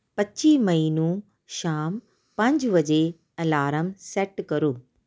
ਪੱਚੀ ਮਈ ਨੂੰ ਸ਼ਾਮ ਪੰਜ ਵਜੇ ਅਲਾਰਮ ਸੈੱਟ ਕਰੋ